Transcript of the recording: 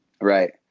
Right